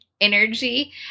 energy